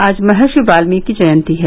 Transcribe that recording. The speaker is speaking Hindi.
आज महर्षि वाल्मीकि जयंती है